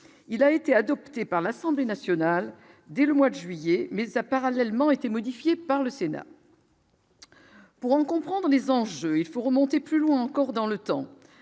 il a été adopté par l'Assemblée nationale dès le mois de juillet mais a parallèlement été modifié par le Sénat. Pour en comprendre les enjeux, il faut remonter plus loin encore dans le temps,